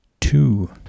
two